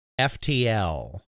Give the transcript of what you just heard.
FTL